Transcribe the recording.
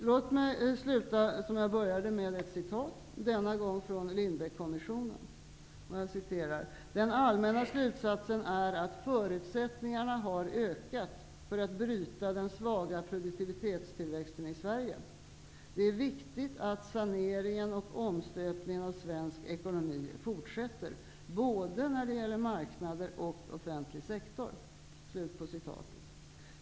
Låt mig sluta som jag började, med ett citat, denna gång från Lindbeckkommissionen: ''Den allmänna slutsatsen är att förutsättningarna har ökat för att bryta den svaga produktivitetstillväxten i Sverige. -- Det är viktigt att saneringen och omstöpningen av svensk ekonomi fortsätter, både när det gäller marknader och offentlig sektor.''